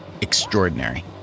extraordinary